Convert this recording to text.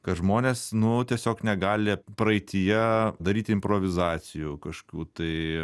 kad žmonės nu tiesiog negali praeityje daryti improvizacijų kažkokių tai